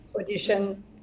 Audition